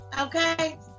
Okay